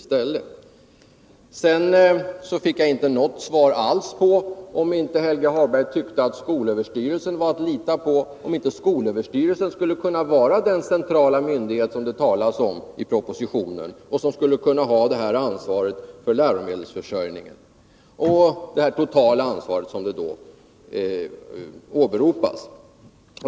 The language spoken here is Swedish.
Sedan fick jag inte något svar alls på frågan om inte Helge Hagberg tyckte att skolöverstyrelsen var att lita på, om inte skolöverstyrelsen skall kunna vara den centrala myndighet som det talas om i propositionen, som skulle kunna ha ansvaret för läromedelsförsörjningen och det totala ansvaret som åberopas.